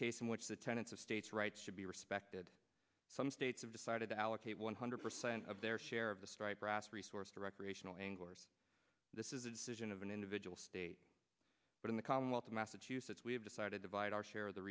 case in which the tenants of state's rights should be respected some states have decided to allocate one hundred percent of their share of the stripe grass resource to recreational anglers this is a decision of an individual state but in the commonwealth of massachusetts we have decided divide our share of the